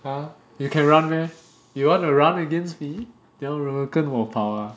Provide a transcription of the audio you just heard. !huh! you can run meh you want to run against me 你要跟我跑 ah